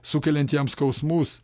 sukeliant jam skausmus